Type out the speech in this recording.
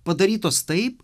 padarytos taip